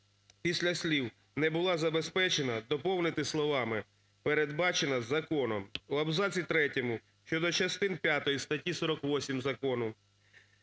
після слів "не була забезпечена" доповнити словами "передбачена законом". У абзаці третьому щодо частини 5 статті 48 закону